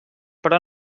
però